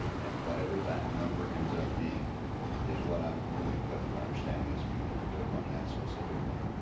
and whatever that number ends up being like is what i'm moving. but my understanding is we need to work on that specific number.